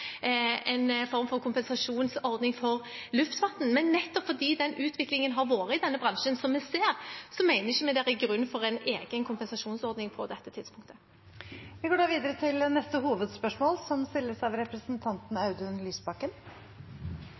en form for kompensasjonsordning for luftfarten, men nettopp fordi vi ser den utviklingen som har vært i denne bransjen, mener vi det ikke er noen grunn til å ha en egen kompensasjonsordning på dette tidspunktet. Vi går videre til neste hovedspørsmål.